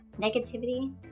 negativity